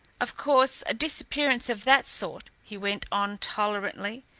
of course, a disappearance of that sort, he went on tolerantly,